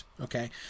Okay